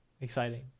Exciting